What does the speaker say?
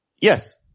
Yes